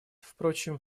впрочем